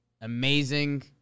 amazing